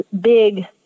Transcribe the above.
big